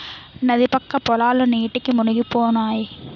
నది పక్క పొలాలు నీటికి మునిగిపోనాయి